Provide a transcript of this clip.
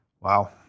Wow